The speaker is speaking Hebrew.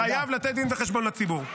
-- חייב לתת דין וחשבון לציבור.